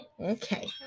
Okay